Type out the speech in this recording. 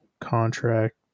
contract